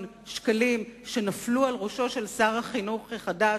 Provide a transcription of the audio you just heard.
שקלים שנפלו על ראשו של שר החינוך החדש,